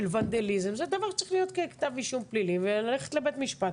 של ונדאליזם זה דבר שצריך להיות ככתב אישום פלילי וללכת לבית משפט